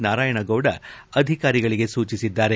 ನಾರಾಯಣಗೌಡ ಅಧಿಕಾರಿಗಳಗೆ ಸೂಚಿಸಿದ್ದಾರೆ